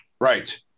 Right